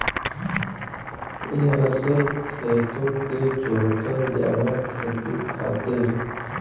एहसे खेतो के जोतल जाला खेती खातिर